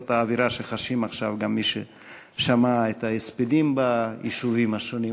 זאת האווירה שחשים עכשיו גם מי ששמעו את ההספדים ביישובים השונים.